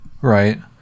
right